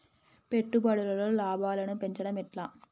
పెట్టుబడులలో లాభాలను పెంచడం ఎట్లా?